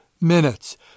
minutes